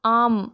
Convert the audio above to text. ஆம்